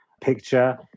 picture